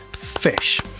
fish